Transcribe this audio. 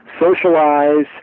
socialize